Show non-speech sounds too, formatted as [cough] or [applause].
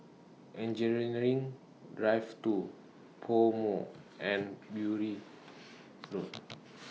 Engineering Drive two Pomo and Bury Road [noise]